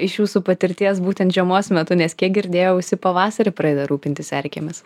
iš jūsų patirties būtent žiemos metu nes kiek girdėjau visi pavasarį pradeda rūpintis erkėmis